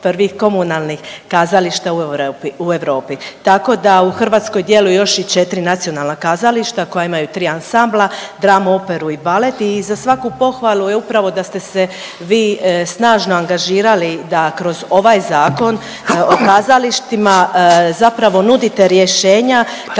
prvih komunalnih kazališta u Europi. Tako da u Hrvatskoj djeluju još i 4 nacionalna kazališta koja imaju 3 ansambla, dramu, operu i balet i za svaku pohvalu je upravo da ste se vi snažno angažirali da kroz ovaj Zakon o kazalištima zapravo nudite rješenja